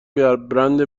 برند